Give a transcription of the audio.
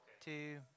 two